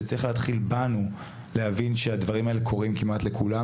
זה צריך להתחיל בנו להבין שהדברים האלה קורים כמעט לכולם